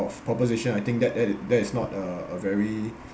of opposition I think that that i~ that is not a a very